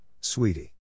sweetie